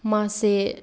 ꯃꯥꯁꯦ